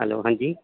hello हां जी